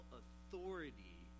authority